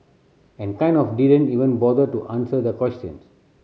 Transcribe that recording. and kind of didn't even bother to answer the question